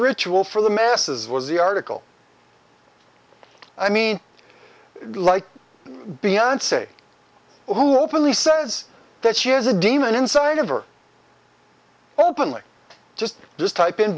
ritual for the masses was the article i mean like beyonce who openly says that she has a demon inside of or openly just just type in